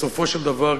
בסופו של דבר,